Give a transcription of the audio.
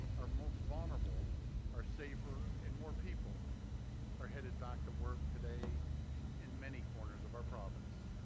are most vulnerable are safer and more people are headed back to work today in many corners of our province.